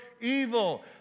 evil